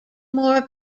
more